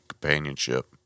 companionship